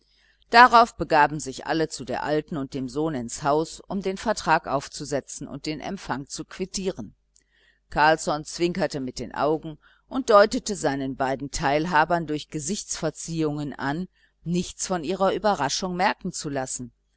darauf begaben sich alle zu der alten und dem sohn ins haus um den vertrag aufzusetzen und den empfang zu quittieren carlsson zwinkerte mit den augen und deutete seinen beiden teilhabern durch gesichtsverziehungen an nichts von ihrer überraschung merken zu lassen